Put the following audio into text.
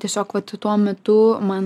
tiesiog vat tuo metu man